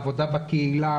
העבודה בקהילה,